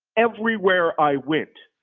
everywhere i went,